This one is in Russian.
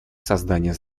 созданию